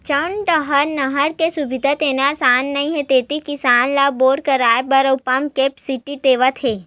जउन डाहर नहर के सुबिधा देना असान नइ हे तेती किसान ल बोर करवाए बर अउ पंप बर सब्सिडी देवत हे